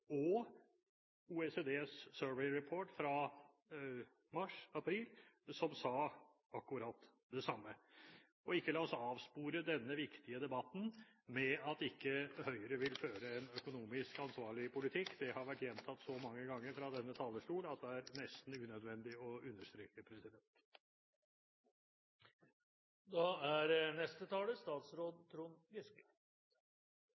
og OECDs survey report fra mars/april, som sa akkurat det samme. Ikke la oss avspore denne viktige debatten med at Høyre ikke vil føre en økonomisk ansvarlig politikk. Det har vært gjentatt så mange ganger fra denne talerstol at det er nesten unødvendig å understreke det. Først litt om kraftkontrakter: En av grunnene til at det inngås langsiktige kraftkontrakter nå, er